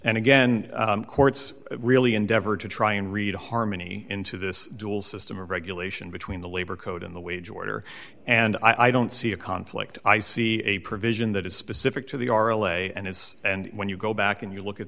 and again courts really endeavor to try and read harmony into this dual system of regulation between the labor code in the wage order and i don't see a conflict i see a provision that is specific to the r away and is and when you go back and you look at